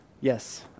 yes